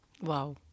Wow